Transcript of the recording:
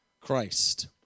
Christ